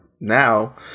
now